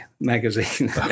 magazine